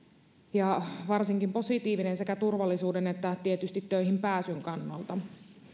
ja varsinkin positiivinen sekä turvallisuuden että tietysti töihinpääsyn kannalta